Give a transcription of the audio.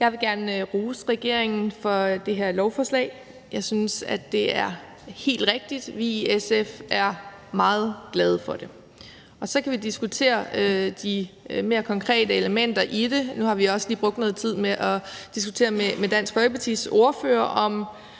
Jeg vil gerne rose regeringen for det her lovforslag. Jeg synes, at det er helt rigtigt, og vi i SF er meget glade for det. Så kan vi diskutere de mere konkrete elementer i det, og nu har vi også lige brugt noget tid på at diskutere med Dansk Folkepartis ordfører, om